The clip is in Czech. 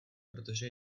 protože